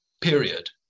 period